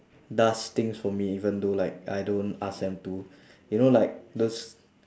does things for me even though like I don't ask them to you know like those